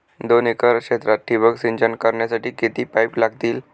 दोन एकर क्षेत्रात ठिबक सिंचन करण्यासाठी किती पाईप लागतील?